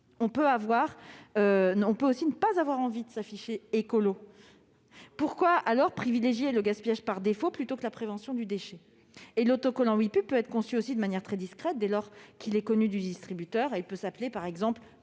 personnes peuvent avoir envie ou pas de s'afficher « écolo ». Pourquoi alors privilégier le gaspillage par défaut plutôt que la prévention du déchet ? L'autocollant Oui Pub peut être conçu aussi de manière très discrète, dès lors qu'il est connu du distributeur. Il peut s'appeler, par exemple,